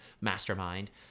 mastermind